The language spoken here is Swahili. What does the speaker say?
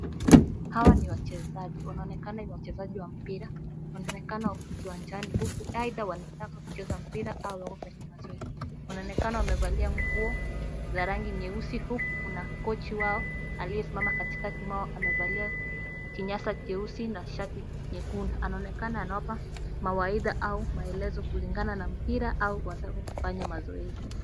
Hawa ni wachezaji wanaonekana ni wachezaji wa mpira wanaonekana wako kiwanjani aidha wanataka kucheza mpira au wako kwenye mazoezi. Wanaonekana wamevalia nguo za rangi nyeusi huku kuna kochi wao aliyesimama katikati mwao amevalia kinyasa cheusi na shati nyekundu .Anaonekana anawapa mawaidha au maelezo kulingana na mpira au watavyofanya mazoezi.